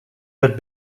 had